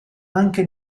anche